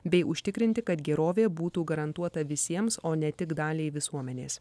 bei užtikrinti kad gerovė būtų garantuota visiems o ne tik daliai visuomenės